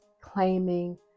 claiming